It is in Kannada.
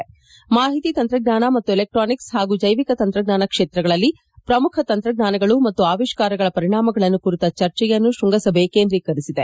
ಮಾಹಿತಿ ತಂತ್ರಜ್ಞಾನ ಮತ್ತು ಎಲೆಕ್ಟಾನಿಕ್ಸ್ ಹಾಗೂ ಜೈವಿಕ ತಂತ್ರಜ್ಞಾನ ಕ್ಷೇತ್ರಗಳಲ್ಲಿ ಪ್ರಮುಖ ತಂತ್ರಜ್ಞಾನಗಳು ಮತ್ತು ಆವಿಷ್ಕಾರಗಳ ಪರಿಷಾಮಗಳನ್ನು ಕುರಿತ ಚರ್ಚೆಯನ್ನು ಶೃಂಗಸಭೆಯು ಕೇಂದ್ರೀಕರಿಸಿದೆ